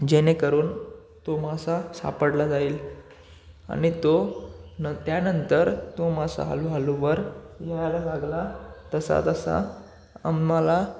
जेणेकरून तो मासा सापडला जाईल आणि तो न त्यानंतर तो मासा हळूहळू वर यायला लागला तसा तसा आम्हाला